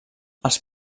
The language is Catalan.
els